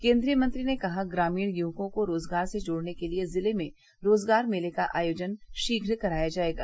केन्द्रीय मंत्री ने कहा ग्रामीण युवकों को रोजगार से जोड़ने के लिए जिले में रोजगार मेले का आयोजन शीघ्र कराया जायेगा